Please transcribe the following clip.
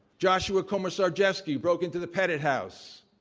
joshua komisarjevsky broke into the petit house,